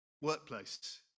workplace